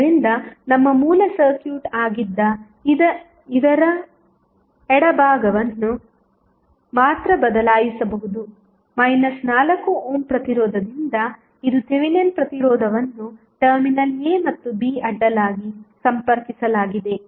ಆದ್ದರಿಂದ ನಮ್ಮ ಮೂಲ ಸರ್ಕ್ಯೂಟ್ ಆಗಿದ್ದ ಇದರ ಎಡಭಾಗವನ್ನು ಮಾತ್ರ ಬದಲಾಯಿಸಬಹುದು 4 ಓಮ್ ಪ್ರತಿರೋಧದಿಂದ ಇದು ಥೆವೆನಿನ್ ಪ್ರತಿರೋಧವನ್ನು ಟರ್ಮಿನಲ್ A ಮತ್ತು B ಅಡ್ಡಲಾಗಿ ಸಂಪರ್ಕಿಸಲಾಗಿದೆ